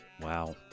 Wow